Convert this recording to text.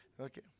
Okay